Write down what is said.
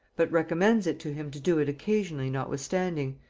but recommends it to him to do it occasionally notwithstanding,